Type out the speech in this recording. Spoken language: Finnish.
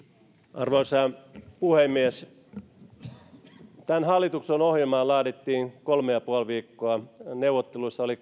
arvoisa puhemies tämän hallituksen ohjelmaa laadittiin kolme ja puoli viikkoa neuvotteluissa oli